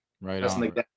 right